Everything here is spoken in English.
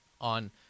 on